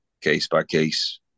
case-by-case